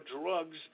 drugs